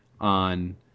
on